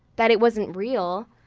that it wasn't real?